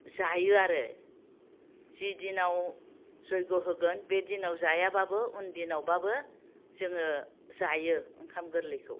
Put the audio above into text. जायो आरो जि दिनाव जग्य होगोन बे दिनाव जायाब्लाबो उन दिनावब्लाबो जोङो जायो ओंखाम गोरलैखौ